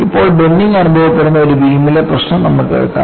ഇപ്പോൾ ബെൻഡിങ് അനുഭവപ്പെടുന്ന ഒരു ബീമിലെ പ്രശ്നം നമുക്ക് എടുക്കാം